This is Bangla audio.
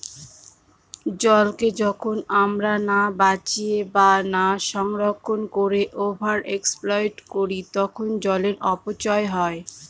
জলকে যখন আমরা না বাঁচিয়ে বা না সংরক্ষণ করে ওভার এক্সপ্লইট করি তখন জলের অপচয় হয়